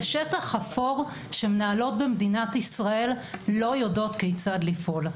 זה שטח אפור שמנהלות במדינת ישראל לא יודעות כיצד לפעול.